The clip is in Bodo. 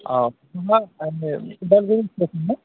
अ माने उदालगुरि स्टेसन ना